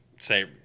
say